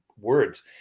words